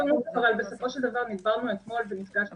בסופו של דבר דיברנו אתמול ונפגשנו אתמול